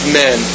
men